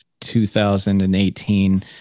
2018